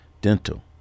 dental